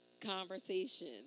conversation